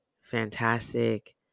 fantastic